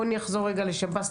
נחזור לשב"ס,